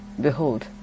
behold